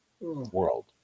world